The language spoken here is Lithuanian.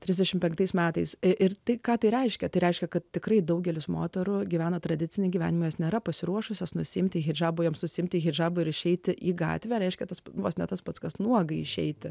trisdešim penktais metais ir tai ką tai reiškia tai reiškia kad tikrai daugelis moterų gyvena tradicinį gyvenimas nėra pasiruošusios nusiimti hidžabų jam susiimti hidžabą ir išeiti į gatvę reiškia tas vos ne tas pats kas nuogai išeiti